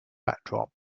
backdrop